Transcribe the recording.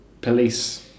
police